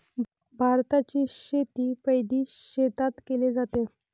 भाताची शेती पैडी शेतात केले जाते